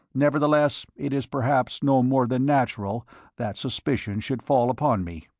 nevertheless it is perhaps no more than natural that suspicion should fall upon me.